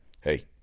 Hey